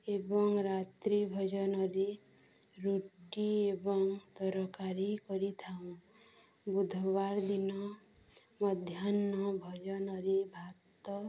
ଏବଂ ରାତ୍ରି ଭୋଜନରେ ରୁଟି ଏବଂ ତରକାରୀ କରିଥାଉ ବୁଧବାର ଦିନ ମଧ୍ୟାହ୍ନ ଭୋଜନରେ ଭାତ